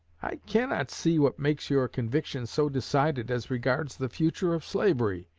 i cannot see what makes your convictions so decided as regards the future of slavery.